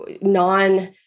non-